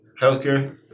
healthcare